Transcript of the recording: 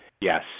Yes